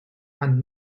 and